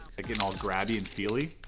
getting all grabby and feely.